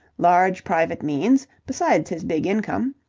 large private means, besides his big income.